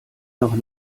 noch